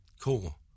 Cool